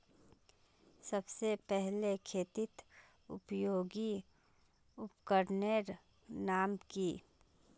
सबसे पहले खेतीत उपयोगी उपकरनेर नाम की?